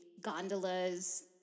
gondolas